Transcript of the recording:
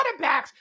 quarterbacks